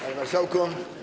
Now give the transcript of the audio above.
Panie Marszałku!